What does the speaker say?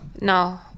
no